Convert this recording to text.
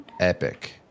epic